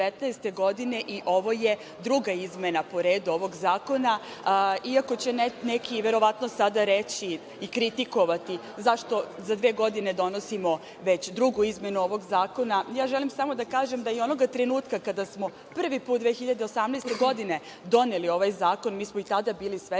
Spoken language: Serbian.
godine i ovo je druga izmena po redu ovog zakona. Iako će neki sada verovatno reći i kritikovati, zašto za dve godine donosimo već drugu izmenu ovog zakona, ja želim samo da kažem da i onoga trenutka kada smo prvi put, 2018. godine, doneli ovaj zakon, mi smo i tada bili svesni